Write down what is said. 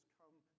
come